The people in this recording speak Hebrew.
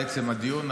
על עצם הדיון,